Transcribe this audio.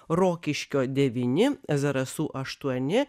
rokiškio devyni zarasų aštuoni